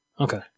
Okay